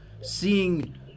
seeing